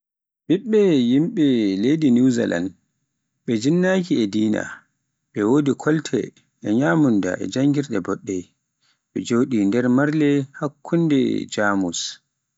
ɓiɓɓe leydi Newzalan, ɓe jinnaki e dina, bo ɓe wodi kolte e nyamunda e janngirde boɗɗe, ɓe njoɗe nder marle, hakkunde leydi Jamus.